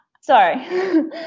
Sorry